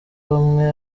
bamwe